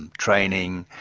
and training,